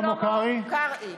שלום לחבריי